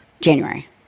January